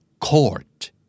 court